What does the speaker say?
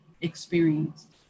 experienced